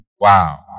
Wow